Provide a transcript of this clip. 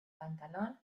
pantalón